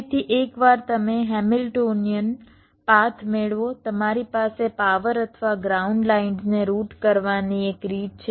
તેથી એકવાર તમે હેમિલ્ટોનિયન પાથ મેળવો તમારી પાસે પાવર અથવા ગ્રાઉન્ડ લાઇન્સને રૂટ કરવાની એક રીત છે